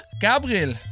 Gabriel